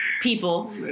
people